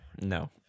No